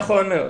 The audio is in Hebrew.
נכון מאוד.